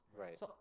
Right